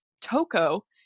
Toko